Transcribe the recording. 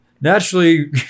naturally